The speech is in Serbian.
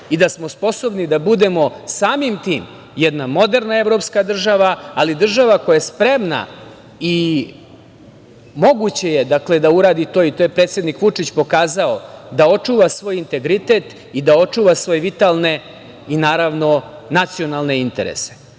i da smo sposobni da budemo samim tim jedna moderna evropska država, ali država koja je spremna i moguće je da uradi to, i to je predsednik Vučić pokazao, da očuva svoj integritet i da očuva svoje vitalne i naravno nacionalne interese. Srbija